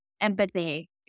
empathy